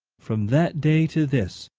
from that day to this,